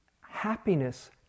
happiness